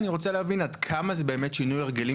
ואני רוצה להבין עד כמה זה שינוי הרגלים